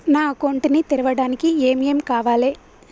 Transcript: నా అకౌంట్ ని తెరవడానికి ఏం ఏం కావాలే?